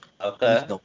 Okay